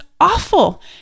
awful